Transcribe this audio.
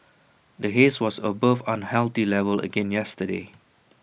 the haze was above unhealthy level again yesterday